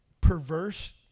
perverse